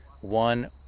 one